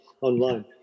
online